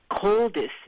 coldest